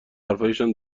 حرفهایشان